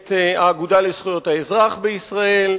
את האגודה לזכויות האזרח בישראל,